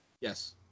Yes